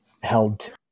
held